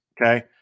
Okay